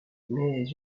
mais